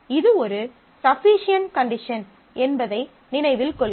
இது ஒரு sufficient condition என்பதை நினைவில் கொள்க